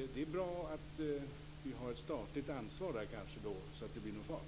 kanske bra att vi har ett statligt ansvar där så att det blir någon fart.